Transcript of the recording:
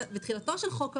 מישהו שמבין בנבכי